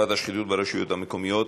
ברשויות המקומיות,